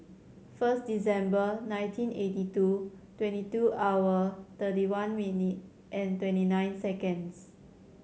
first Decenber nineteen eighty two twenty two hour thirty one minute and twenty nine seconds